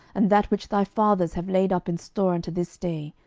and that which thy fathers have laid up in store unto this day,